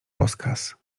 rozkaz